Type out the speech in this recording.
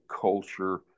culture